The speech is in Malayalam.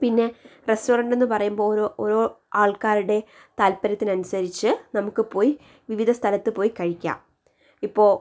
പിന്നെ റെസ്റ്റോറൻ്റെന്നു പറയുമ്പോൾ ഓരോ ഓരോ ആൾക്കാരുടെ താൽപ്പര്യത്തിനനുസരിച്ച് നമുക്ക് പോയി വിവിധ സ്ഥലത്ത് പോയി കഴിക്കാം ഇപ്പോൾ